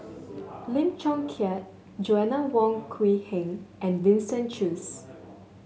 Lim Chong Keat Joanna Wong Quee Heng and Winston Choos